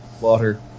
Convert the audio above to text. water